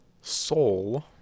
Soul